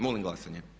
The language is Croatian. Molim glasanje.